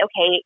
okay